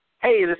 Hey